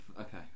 Okay